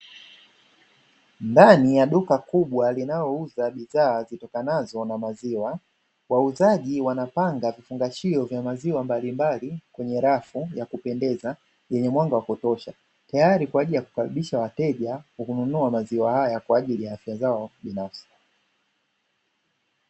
Ndani ya duka kubwa linalouza bidhaa zitokanazo na maziwa. Wauzaji wanapanga vifungashio vya maziwa mbalimbali kwenye rafu ya kupendeza yenye mwanga wa kutosha teyari kwa ajili ya kukaribisha wateja kununua maziwa haya kwa ajili ya afya zao binafsi.